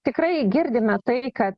tikrai girdime tai kad